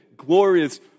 glorious